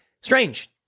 Strange